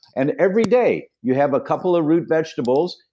and every day, you have a couple of root vegetables,